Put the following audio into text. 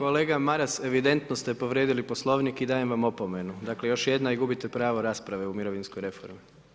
Kolega Maras, evidentno ste povrijedili poslovnik i dajem vam opomenu, dakle, još jedna i gubite pravo rasprave o mirovinskoj reformi.